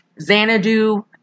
xanadu